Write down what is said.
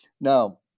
Now